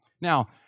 Now